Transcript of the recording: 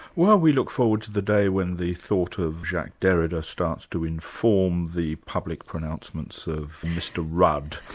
well we look forward to the day when the thought of jacques derrida starts to inform the public pronouncements of mr rudd.